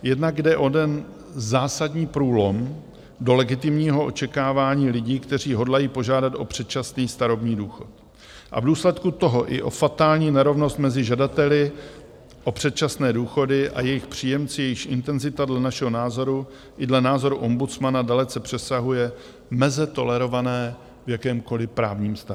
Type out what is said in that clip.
Jednak jde o ten zásadní průlom do legitimního očekávání lidí, kteří hodlají požádat o předčasný starobní důchod a v důsledku toho i o fatální nerovnost mezi žadateli o předčasné důchody a jejich příjemci, jejichž intenzita dle našeho názoru i dle názoru ombudsmana dalece přesahuje meze tolerované v jakémkoliv právním státě.